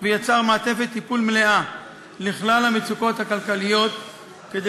ויצר מעטפת טיפול מלאה לכלל המצוקות הכלכליות כדי